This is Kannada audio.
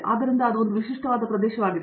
ಆದ್ದರಿಂದ ಅದು ಒಂದು ವಿಶಿಷ್ಟವಾದ ಪ್ರದೇಶವಾಗಿದೆ